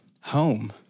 home